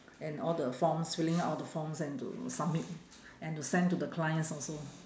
and all the forms filling up all the forms and to submit and to send to the clients also